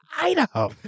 Idaho